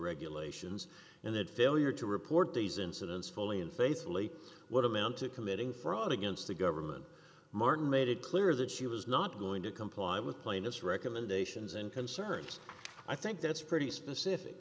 regulations and that failure to report these incidents fully and faithfully what amount to committing fraud against the government martin made it clear that she was not going to comply with plaintiff's recommendations and concerns i think that's pretty specific